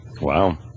Wow